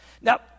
Now